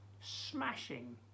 smashing